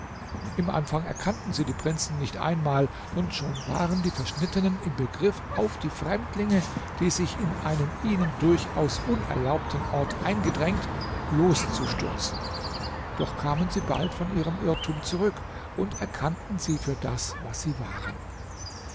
im anfang erkannten sie die prinzen nicht einmal und schon waren die verschnittenen im begriff auf die fremdlinge die sich in einem ihnen durchaus unerlaubten ort eingedrängt loszustürzen doch kamen sie bald von ihrem irrtum zurück und erkannten sie für das was sie waren